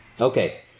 Okay